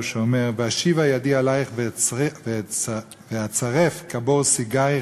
שאומר: "ואשיבה ידי עליך ואצרף כבר סגיך,